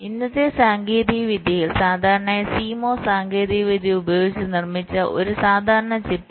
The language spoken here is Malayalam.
ഇന്നത്തെ സാങ്കേതികവിദ്യയിൽ സാധാരണയായി CMOS സാങ്കേതികവിദ്യ ഉപയോഗിച്ച് നിർമ്മിച്ച ഒരു സാധാരണ ചിപ്പിൽ